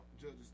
Judges